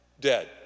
dead